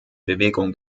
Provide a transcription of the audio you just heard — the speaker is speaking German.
bewegung